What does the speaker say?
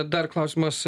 dar klausimas